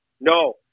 No